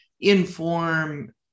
inform